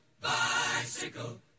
bicycle